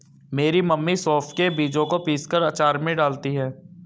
मेरी मम्मी सौंफ के बीजों को पीसकर अचार में डालती हैं